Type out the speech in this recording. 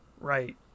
Right